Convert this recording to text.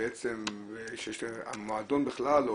המועדון בכלל,